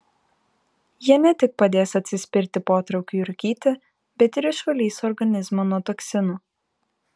jie ne tik padės atsispirti potraukiui rūkyti bet ir išvalys organizmą nuo toksinų